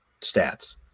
stats